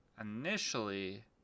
initially